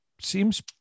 seems